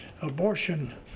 abortion